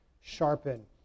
sharpen